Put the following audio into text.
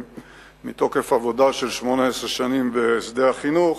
מתוקף עבודה של 18 שנים בשדה החינוך,